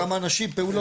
כמה אנשים פעולות שהביאו.